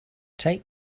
take